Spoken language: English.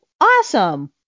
awesome